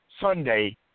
Sunday